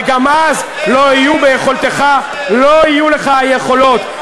וגם אז לא יהיו לך היכולות,